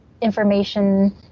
information